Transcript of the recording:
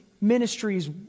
ministries